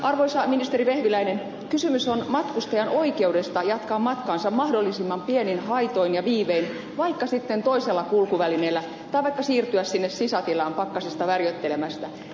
arvoisa ministeri vehviläinen kysymys on matkustajan oikeudesta jatkaa matkaansa mahdollisimman pienin haitoin ja viivein vaikka sitten toisella kulkuvälineellä tai vaikka siirtyä sinne sisätilaan pakkasesta värjöttelemästä